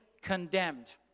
condemned